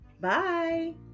Bye